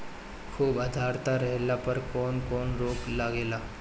खुब आद्रता रहले पर कौन कौन रोग लागेला?